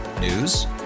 News